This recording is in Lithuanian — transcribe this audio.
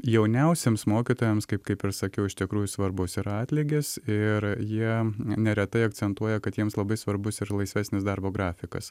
jauniausiems mokytojams kaip kaip ir sakiau iš tikrųjų svarbus yra atlygis ir jie neretai akcentuoja kad jiems labai svarbus ir laisvesnis darbo grafikas